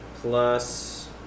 plus